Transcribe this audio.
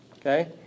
Okay